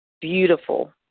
beautiful